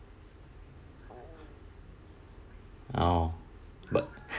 oh but